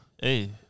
Hey